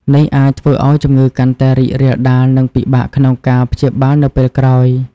នេះអាចធ្វើឱ្យជំងឺកាន់តែរីករាលដាល និងពិបាកក្នុងការព្យាបាលនៅពេលក្រោយ។